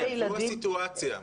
זאת הסיטואציה מיכל.